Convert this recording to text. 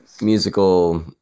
musical